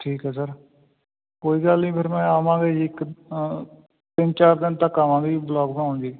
ਠੀਕ ਹੈ ਸਰ ਕੋਈ ਗੱਲ ਨਹੀਂ ਫਿਰ ਮੈਂ ਆਵਾਂਗਾ ਜੀ ਇੱਕ ਤਿੰਨ ਚਾਰ ਦਿਨ ਤੱਕ ਆਵਾਂਗਾ ਜੀ ਵਲੋਗ ਬਣਾਉਣ ਜੀ